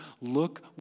Look